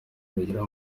rugira